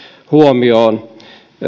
huomioon